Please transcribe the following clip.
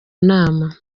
nama